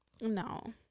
No